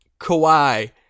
Kawhi